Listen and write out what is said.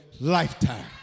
lifetime